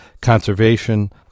Conservation